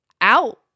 out